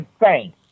insane